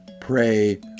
pray